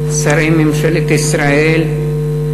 שרי ממשלת ישראל,